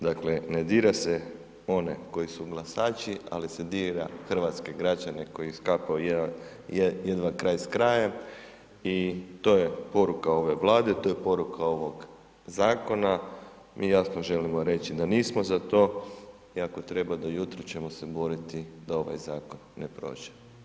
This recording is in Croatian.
Dakle, ne dira se one koji su glasači, ali se dira hrvatske građane koji sklapaju jedva kraj s krajem i to je poruka ove Vlade, to je poruka ovog zakona, mi jasno želimo reći da nismo za to i ako treba do jutra ćemo se boriti da ovaj zakon ne prođe.